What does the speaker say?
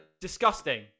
disgusting